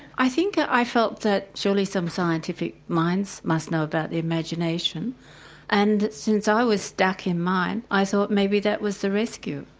i think i felt that surely some scientific minds must know about the imagination and since i was stuck in mine i thought maybe that was the rescue.